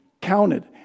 counted